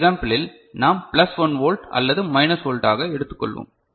இந்த எக்ஸாம்பிள் இல் நாம் பிளஸ் 1 வோல்ட் அல்லது 1 வோல்ட் ஆக எடுத்துள்ளோம்